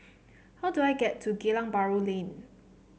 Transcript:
how do I get to Geylang Bahru Lane